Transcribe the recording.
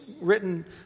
written